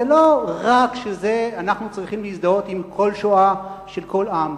זה לא רק שאנחנו צריכים להזדהות עם כל שואה של כל עם.